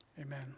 Amen